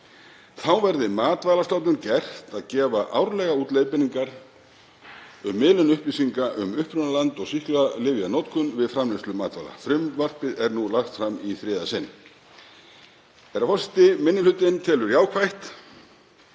Þá verði Matvælastofnun gert að gefa árlega út leiðbeiningar um miðlun upplýsinga um upprunaland og sýklalyfjanotkun við framleiðslu matvæla. Frumvarpið er nú lagt fram í þriðja sinn. Herra forseti. Minni hlutinn telur jákvætt